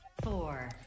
four